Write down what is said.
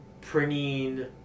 printing